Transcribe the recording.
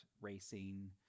racing